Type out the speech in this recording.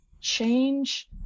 change